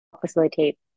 facilitate